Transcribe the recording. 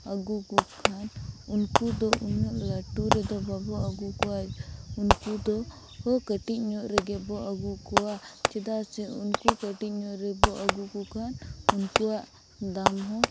ᱟᱹᱜᱩ ᱠᱚᱠᱷᱟᱱ ᱩᱱᱠᱩ ᱫᱚ ᱩᱱᱟᱹᱜ ᱞᱟᱹᱴᱩ ᱨᱮᱫᱚ ᱵᱟᱵᱚᱱ ᱟᱹᱜᱩ ᱠᱚᱣᱟ ᱩᱱᱠᱩ ᱫᱚ ᱦᱚ ᱠᱟᱹᱴᱤᱡ ᱧᱚᱜ ᱨᱮᱜᱮᱵᱚ ᱟᱹᱜᱩ ᱠᱚᱣᱟ ᱪᱮᱫᱟᱜ ᱥᱮ ᱩᱱᱠᱩ ᱠᱟᱹᱴᱤᱡ ᱧᱚᱜ ᱨᱮᱵᱚ ᱟᱹᱜᱩ ᱠᱚᱠᱷᱟᱱ ᱩᱱᱠᱩᱣᱟᱜ ᱫᱟᱢ ᱦᱚᱸ